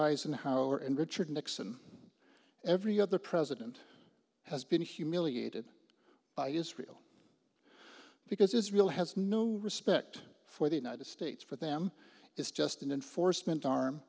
eisenhower and richard nixon every other president has been humiliated by israel because israel has no respect for the united states for them is just an enforcement arm